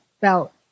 felt